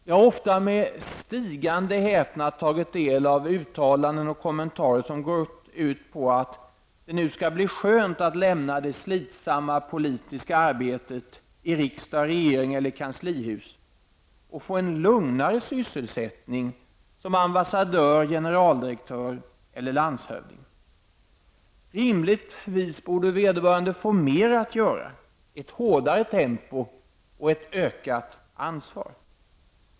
Jag har ofta med stigande häpnad tagit del av uttalanden och kommentarer som gått ut på att det nu skall bli skönt att lämna det slitsamma politiska arbetet i riksdag, regering eller kanslihus och få en lugnare sysselsättning som ambassadör, generaldirektör eller landshövding. Rimligtvis borde vederbörande få mer att göra, ett hårdare tempo och ett ökat ansvar.